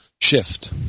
shift